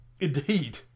Indeed